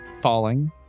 falling